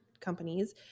companies